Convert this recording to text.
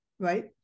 right